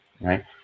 right